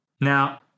Now